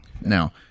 Now